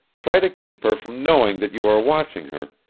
try to keep her from knowing that you are watching her,